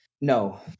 No